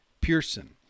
Pearson